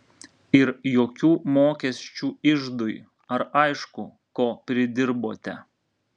ir jokių mokesčių iždui ar aišku ko pridirbote